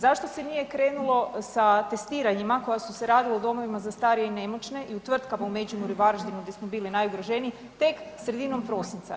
Zašto se nije krenulo sa testiranjima koja su se radila u domovima za starije i nemoćne i u tvrtkama u Međimurju, Varaždinu, gdje smo bili najugroženiji tek sredinom prosinca?